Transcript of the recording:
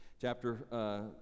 chapter